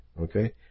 Okay